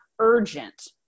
urgent